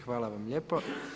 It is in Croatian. Hvala vam lijepo.